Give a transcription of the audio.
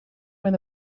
met